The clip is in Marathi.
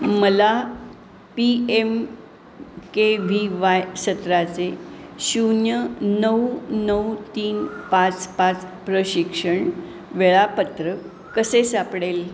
मला P M K V Y सत्राचे शून्य नऊ नऊ तीन पाच पाच प्रशिक्षण वेळापत्रक कसे सापडेल